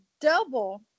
double